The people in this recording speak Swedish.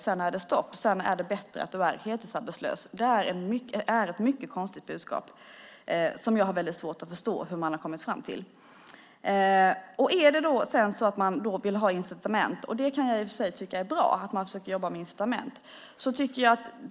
Sedan är det stopp. Sedan är det bättre att de är heltidsarbetslösa. Det är ett mycket konstigt budskap, och jag har svårt att förstå hur man kommit fram till det. Att man försöker jobba med incitament kan jag i och för sig tycka är bra.